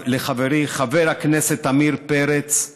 לחברי חבר הכנסת עמיר פרץ,